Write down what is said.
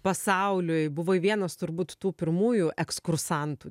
pasauliui buvai vienas turbūt tų pirmųjų ekskursantų